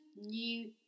new